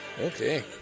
Okay